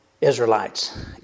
Israelites